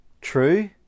true